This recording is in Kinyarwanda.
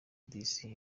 disi